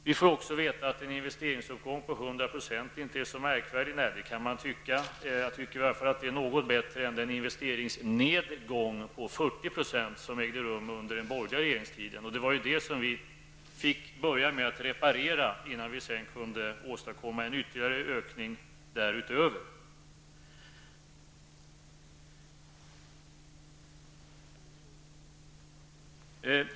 Vi får här också veta att en investeringsuppgång på 100% inte är så märkvärdig. Nej, det kan man ju tycka. Jag anser att det i varje fall är något bättre än den investeringsnedgång på 40% som ägde rum under den borgerliga regeringstiden. Det var detta som vi socialdemokrater fick börja med att reparera innan vi sedan kunde åstadkomma en ytterligare ökning därutöver.